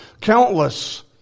countless